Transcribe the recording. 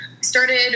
started